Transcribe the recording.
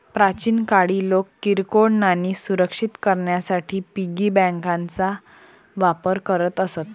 प्राचीन काळी लोक किरकोळ नाणी सुरक्षित करण्यासाठी पिगी बँकांचा वापर करत असत